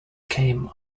came